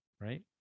right